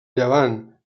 llevant